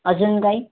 अजून काही